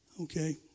Okay